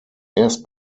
erst